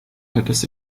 altes